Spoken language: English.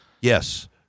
yes